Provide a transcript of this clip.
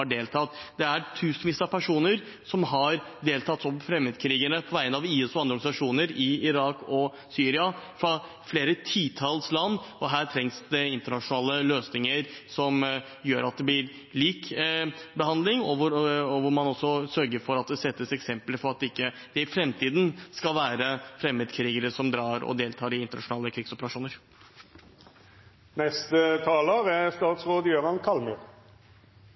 har deltatt. Det er tusenvis av personer fra flere titalls land som har deltatt som fremmedkrigere på vegne av IS og andre organisasjoner i Irak og Syria. Her trengs det internasjonale løsninger som gjør at det blir lik behandling, og der man også sørger for at det settes eksempler for at det ikke i framtiden vil være fremmedkrigere som drar ut for å delta i internasjonale krigsoperasjoner. Jeg tror det er